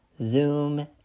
Zoom